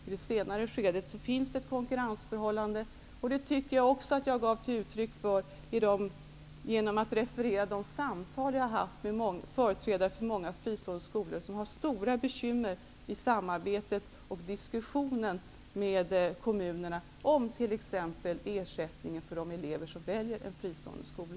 I det senare fallet finns det ett konkurrensförhållande, och det tycker jag att jag gav uttryck för genom att referera till de samtal som jag har haft med företrädare för många fristående skolor, som har stora bekymmer i samarbetet och diskussionen med kommunerna om t.ex.